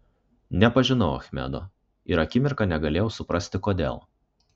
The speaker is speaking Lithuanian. nepažinau achmedo ir akimirką negalėjau suprasti kodėl